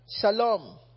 Shalom